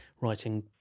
writing